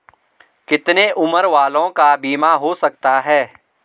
कितने उम्र वालों का बीमा हो सकता है?